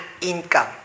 income